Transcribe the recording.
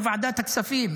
בוועדת הכספים,